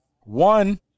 One